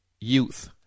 youth